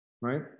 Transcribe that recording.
right